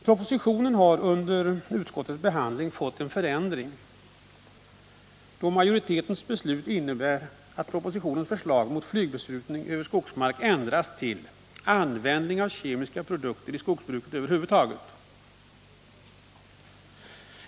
Propositionen har under utskottsbehandlingen fått en förändring, då utskottsmajoritetens beslut innebär att propositionens förslag om förbud mot flygbesprutning över skogsmark ändrats till förbud mot användning av kemiska produkter i skogsbruket över huvud taget.